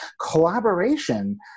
Collaboration